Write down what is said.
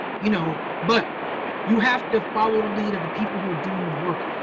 you know, but you have to follow the lead of the people who are doing the work.